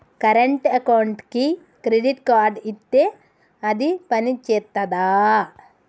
Current అకౌంట్కి credit card ఇత్తే అది పని చేత్తదా?